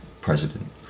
president